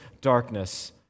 darkness